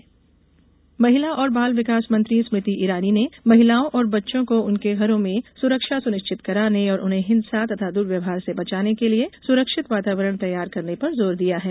सरकार महिला सुरक्षा महिला और बाल विकास मंत्री स्मृति ईरानी ने महिलाओं और बच्चों को उनके घरों में सुरक्षा सुनिश्चित कराने और उन्हें हिंसा तथा दुर्व्यवहार से बचाने के लिए सुरक्षित वातावरण तैयार करने पर जोर दिया है